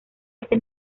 ese